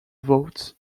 vote